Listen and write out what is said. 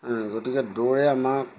গতিকে দৌৰে আমাক